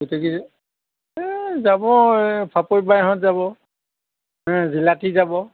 গোটেইখিনি এ যাব এ পাপৰি বায়েকহত যাব এ জিলাপী যাব